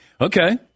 Okay